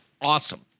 awesome